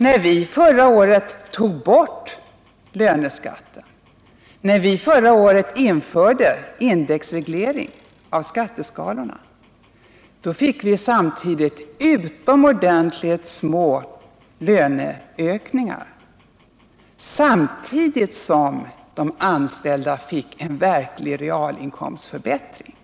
När vi förra året tog bort löneskatten, när vi införde indexreglering av skatteskalorna, då fick vi på samma gång utomordentligt små löneökningar, samtidigt som de anställda fick en verklig realinkomstförbättring.